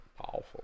Powerful